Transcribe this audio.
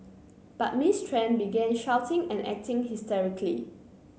but Ms Tran began shouting and acting hysterically